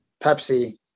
Pepsi